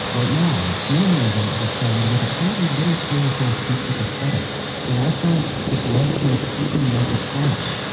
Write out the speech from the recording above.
right now, minimalism is a trend with apparently little care for acoustic aesthetics. in restaurants, it's led to a soupy mess of sound.